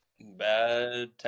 bad